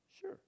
Sure